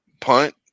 punt